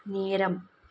நேரம்